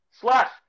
Slash